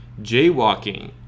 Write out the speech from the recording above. jaywalking